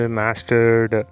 mastered